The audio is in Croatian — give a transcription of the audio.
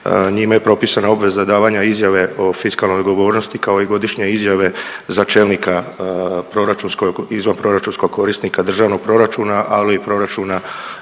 Njime je propisana obveza davanja izjave o fiskalnoj odgovornosti, kao i godišnje izjave za čelnika proračunskog i izvanproračunskog korisnika državnog proračuna, ali i proračuna